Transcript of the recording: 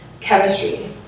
chemistry